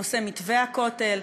בנושא מתווה הכותל.